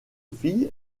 fille